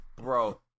Bro